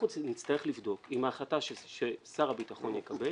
אנחנו נצטרך לבדוק אם ההחלטה ששר הביטחון יקבל